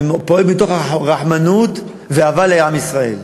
אני פועל מתוך רחמנות ואהבה לעם ישראל.